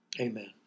Amen